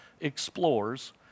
explores